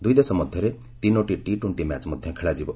ଦୁଇଦେଶ ମଧ୍ୟରେ ତିନୋଟି ଟି ଟ୍ୱେଣ୍ଟି ମ୍ୟାଚ୍ ମଧ୍ୟ ଖେଳାଯିବ